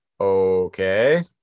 okay